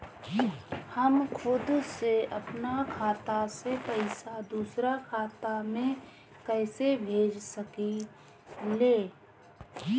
हम खुद से अपना खाता से पइसा दूसरा खाता में कइसे भेज सकी ले?